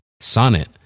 Sonnet